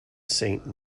saint